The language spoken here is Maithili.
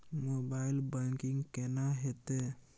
मोबाइल बैंकिंग केना हेते?